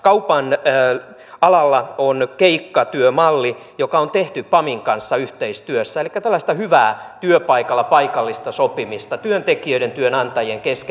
kaupan alalla on keikkatyömalli joka on tehty pamin kanssa yhteistyössä elikkä on tällaista hyvää paikallista sopimista työpaikalla työntekijöiden ja työnantajien kesken